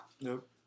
Nope